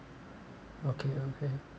okay okay